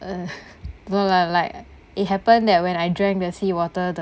were like like it happened that when I drank the seawater the